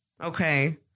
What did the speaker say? Okay